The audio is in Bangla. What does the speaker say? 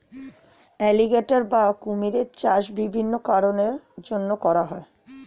অ্যালিগেটর বা কুমিরের চাষ বিভিন্ন কারণের জন্যে করা হয়